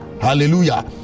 Hallelujah